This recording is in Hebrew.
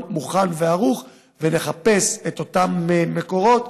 מוכן וערוך ולחפש את אותם מקורות.